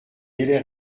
délai